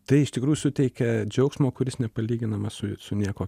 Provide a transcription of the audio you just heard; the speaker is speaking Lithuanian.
tai iš tikrųjų suteikia džiaugsmo kuris nepalyginamas su su niekuo